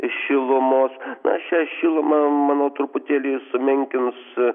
šilumos na šią šilumą manau truputėlį sumenkins